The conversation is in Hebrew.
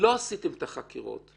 עשיתם את החקירות.